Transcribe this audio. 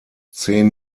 zehn